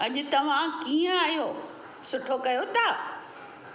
अॼु तव्हां कीअं आहियो सुठो कयो था